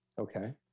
okay